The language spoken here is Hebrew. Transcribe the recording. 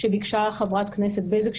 שביקשה חברת הכנסת בזק,